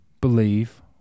believe